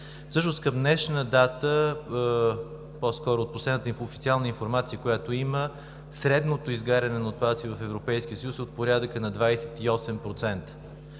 изгаряне. Към днешна дата, по-скоро от последната официална информация, която има, средното изгаряне на отпадъци в Европейския съюз е от порядъка на 28%.